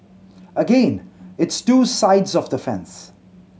again it's two sides of the fence